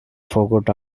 forget